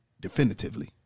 definitively